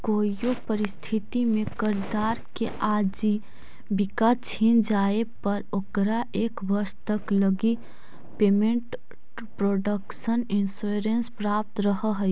कोइयो परिस्थिति में कर्जदार के आजीविका छिन जाए पर ओकरा एक वर्ष तक लगी पेमेंट प्रोटक्शन इंश्योरेंस प्राप्त रहऽ हइ